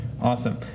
awesome